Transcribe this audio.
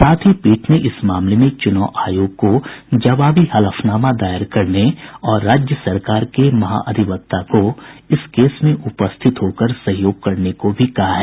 साथ ही पीठ ने इस मामले में चुनाव आयोग को जवाबी हलफनामा दायर करने और राज्य सरकार के महाधिवक्ता को इस केस में उपस्थित होकर सहयोग करने को भी कहा है